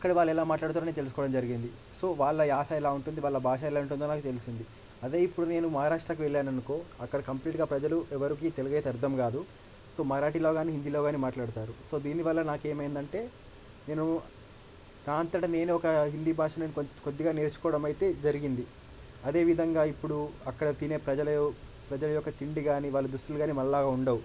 అక్కడ వాళ్ళు ఎలా మాట్లాడుతారో నేను తెలుసుకోవడం జరిగింది సో వాళ్ళ యాస ఎలా ఉంటుంది వాళ్ళ భాష ఎలా ఉంటుందో నాకు తెలిసింది అదే ఇప్పుడు నేను మహారాష్ట్రకీ వెళ్ళాను అనుకో అక్కడ కంప్లీట్గా ప్రజలు ఎవరికీ తెలుగైతే అర్థం కాదు సో మరాఠీలో గానీ హిందీలో గానీ మాట్లాడుతారు సో దీనివల్ల నాకు ఏమైంది అంటే నేను నా అంతటా నేనే ఒక హిందీ భాషను కొం కొద్దిగా నేర్చుకోవడం అయితే జరిగింది అదేవిధంగా ఇప్పుడు అక్కడ తినే ప్రజలు ప్రజల యొక్క తిండిగాని వాళ్ళు దుస్తులు గానీ మనలాగా ఉండవు